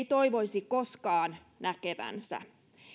toivoisi koskaan näkevänsä